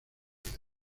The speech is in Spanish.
vida